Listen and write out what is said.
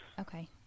Okay